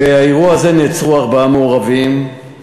באירוע הזה נעצרו ארבעה מעורבים,